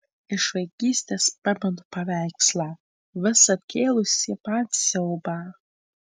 iš vaikystės pamenu paveikslą visad kėlusį man siaubą